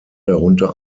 darunter